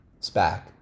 SPAC